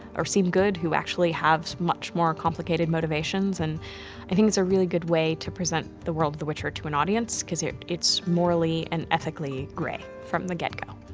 or seem good who actually have much more complicated motivations, and i think it's a really good way to present the world of the witcher to an audience, cause it's morally and ethically gray from the get-go.